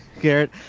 Garrett